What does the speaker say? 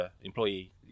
employee